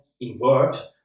invert